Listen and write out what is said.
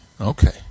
okay